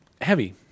Heavy